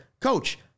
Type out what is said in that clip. coach